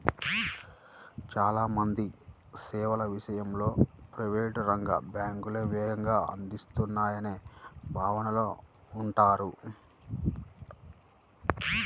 చాలా మంది సేవల విషయంలో ప్రైవేట్ రంగ బ్యాంకులే వేగంగా అందిస్తాయనే భావనలో ఉంటారు